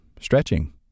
stretching